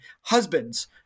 husbands